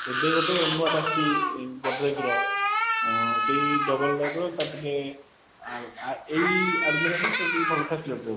ଏବେ ଗୋଟେ ନୂଆଟା ଆସିଛି ଗଡ଼୍ରେଜ୍ର ସେଇ ଡବଲ ଡୋର୍ର ତାର ଟିକେ ଏଇ ଆଲ୍ମିରା ଠାରୁ ସେଇଟା ଟିକେ ରହିବ